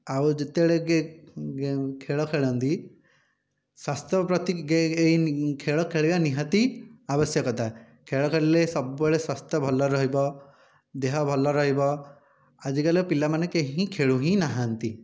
ଆଉ ଯେତେବେଳେ କିଏ ଖେଳ ଖେଳନ୍ତି ସ୍ଵାସ୍ଥ୍ୟ ପ୍ରତି ଏଇ ଖେଳ ଖେଳିବା ନିହାତି ଆବଶ୍ୟକତା ଖେଳ ଖେଳିଲେ ସବୁବେଳେ ସ୍ଵାସ୍ଥ୍ୟ ଭଲ ରହିବ ଦେହ ଭଲ ରହିବ ଆଜିକାଲିର ପିଲାମାନେ କେହି ଖେଳୁ ହିଁ ନାହାନ୍ତି